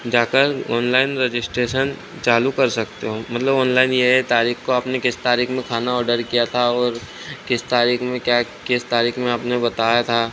जाकर online registration चालू कर सकते हो मतलब ऑनलाइन यह यह तारीख को आपने किस तारीख में खाना ऑडर किया था और किस तारीख में क्या किस तारीख में आपने बताया था